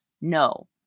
No